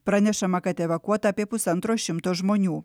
pranešama kad evakuota apie pusantro šimto žmonių